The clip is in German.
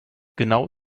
genau